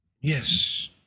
Yes